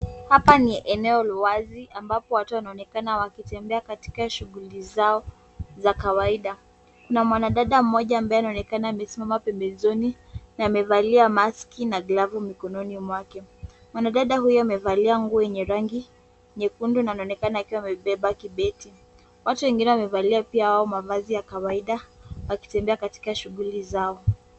Hapa ni eneo wazi ambapo watu wanaonekana wakitembea katika shughuli zao za kawaida. Kuna mwanadada mmoja ambaye anaonekana amesimama pembezoni na amevalia maski na glavu mkononi mwake. Mwanadada huyo amevalia nguo yenye rangi nyekundu na anaonekana akiwa amebeba kibeti. Watu wengine wamevalia pia wao mavazi ya kawaida wakitembea katika shughuli zao.